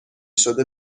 شده